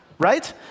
Right